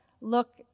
look